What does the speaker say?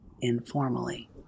informally